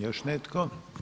Još netko?